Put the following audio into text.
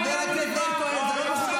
חבר הכנסת מאיר כהן,